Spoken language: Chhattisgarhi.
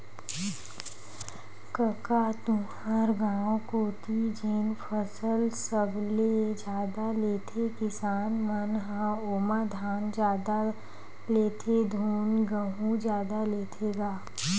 कका तुँहर गाँव कोती जेन फसल सबले जादा लेथे किसान मन ह ओमा धान जादा लेथे धुन गहूँ जादा लेथे गा?